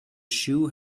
shoe